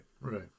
right